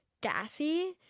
gassy